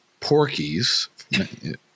Porkies